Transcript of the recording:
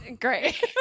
Great